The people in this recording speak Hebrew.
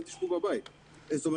אל תבואו לבית ספר?